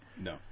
No